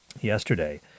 yesterday